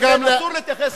יש גבול להתייחס אליו.